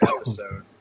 episode